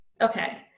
Okay